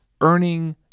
earning